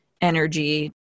energy